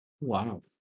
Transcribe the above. Wow